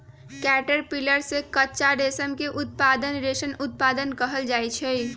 caterpillar से कच्चा रेशम के उत्पादन के रेशम उत्पादन कहल जाई छई